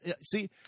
See